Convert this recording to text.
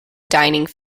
dining